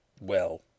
Well